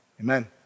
Amen